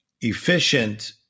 efficient